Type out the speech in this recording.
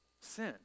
sin